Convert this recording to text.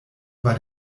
war